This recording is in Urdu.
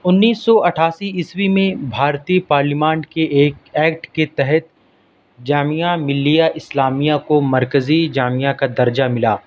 انیس سو اٹھاسی عیسوی میں بھارتیہ پارلیمانٹ کی ایک ایکٹ کے تحت جامعہ ملیہ اسلامیہ کو مرکزی جامعہ کا درجہ ملا